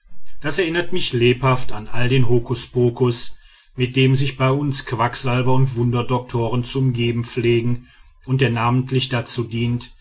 das erinnerte mich lebhaft an all den hokuspokus mit dem sich bei uns quacksalber und wunderdoktoren zu umgeben pflegen und der namentlich dazu dient